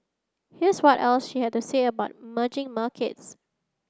here's what else she had to say about emerging markets